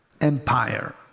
empire